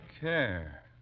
care